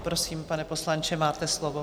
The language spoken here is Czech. Prosím, pane poslanče, máte slovo.